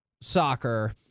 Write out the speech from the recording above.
soccer